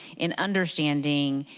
and understanding